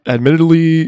Admittedly